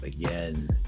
Again